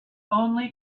only